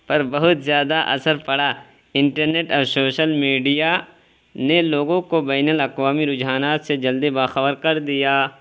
پر بہت زیادہ اثر پڑا انٹرنیٹ اور شوشل میڈیا نے لوگوں کو بین الاقوامی رجحانات سے جلدی باخبر کر دیا